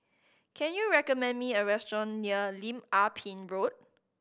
can you recommend me a restaurant near Lim Ah Pin Road